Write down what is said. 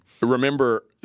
Remember